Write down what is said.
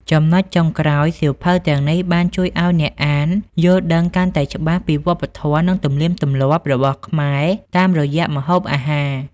ចំណុចចុងក្រោយ សៀវភៅទាំងនេះបានជួយឲ្យអ្នកអាន យល់ដឹងកាន់តែច្បាស់ពីវប្បធម៌ និងទំនៀមទម្លាប់ របស់ខ្មែរតាមរយៈម្ហូបអាហារ។